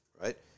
right